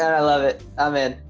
i love it. i'm in.